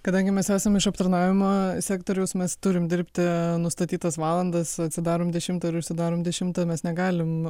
kadangi mes esam iš aptarnavimo sektoriaus mes turim dirbti nustatytas valandas atsidarom dešimtą ir užsidarom dešimtą mes negalim